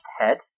head